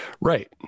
Right